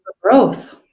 growth